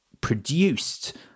produced